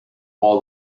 all